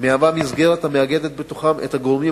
מהווה מסגרת המאגדת בתוכה את הגורמים